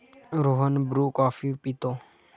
Rohan Bru coffee पितो